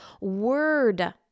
word